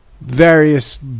various